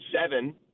seven